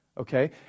Okay